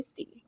50